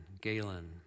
Galen